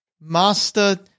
Master